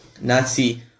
Nazi